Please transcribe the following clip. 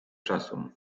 czasu